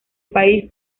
país